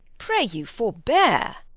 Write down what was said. pray you, forbear